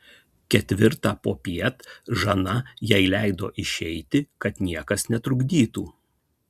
ketvirtą popiet žana jai leido išeiti kad niekas netrukdytų